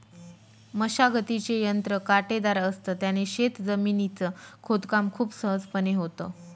मशागतीचे यंत्र काटेदार असत, त्याने शेत जमिनीच खोदकाम खूप सहजपणे होतं